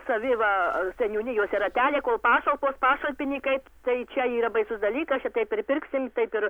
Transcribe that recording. saviva seniūnijose ratelį kol pašalpos paso pinigais tai čia yra baisus dalykas čia taip pripirksim taip ir